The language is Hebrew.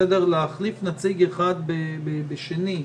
להחליף נציג אחד בשני.